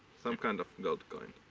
some kind of gold coin,